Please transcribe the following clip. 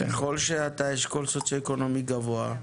ככל שאתה מאשכול סוציו-אקונומי גבוה,